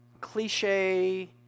cliche